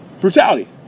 Brutality